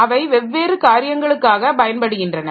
அவை வெவ்வேறு காரியங்களுக்காக பயன்படுகின்றன